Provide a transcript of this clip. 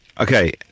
okay